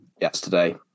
yesterday